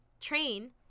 train